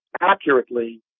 accurately